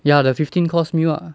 ya the fifteen course meal ah